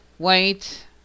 Wait